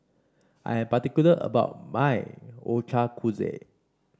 I'm particular about my Ochazuke